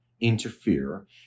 interfere